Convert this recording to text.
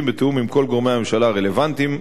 בתיאום עם כל גורמי הממשלה הרלוונטיים.